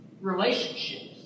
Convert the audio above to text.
relationships